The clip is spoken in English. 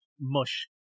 mush